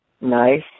Nice